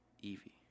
Evie